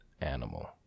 animal